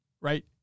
right